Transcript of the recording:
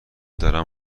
دارم